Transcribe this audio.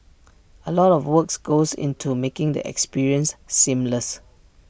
A lot of work goes into making the experience seamless